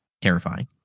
terrifying